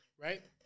Right